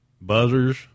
buzzers